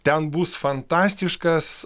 ten bus fantastiškas